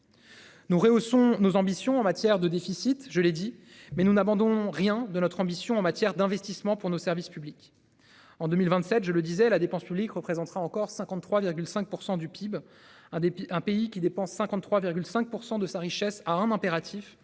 où sont nos ambitions en matière de déficit. Je l'ai dit, mais nous n'abandons rien de notre ambition en matière d'investissements pour nos services publics. En 2027, je le disais, la dépense publique représentera encore 53,5% du PIB, un des, un pays qui dépense 53,5% de sa richesse à un impératif